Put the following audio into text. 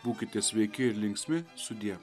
būkite sveiki ir linksmi sudie